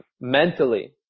mentally